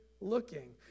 looking